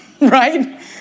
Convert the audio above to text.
Right